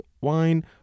wine